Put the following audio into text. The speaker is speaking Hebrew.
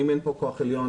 האם אין פה כוח עליון,